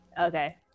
Okay